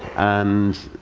and